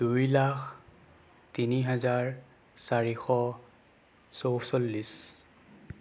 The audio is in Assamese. দুই লাখ তিনি হাজাৰ চাৰিশ চৌচল্লিছ